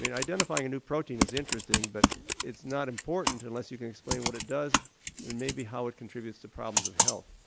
identifying a new protein is interesting but it's not important unless you can explain what it does and maybe how it contributes to problems of health.